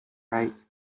rights